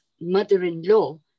mother-in-law